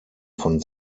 von